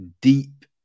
deep